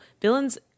villains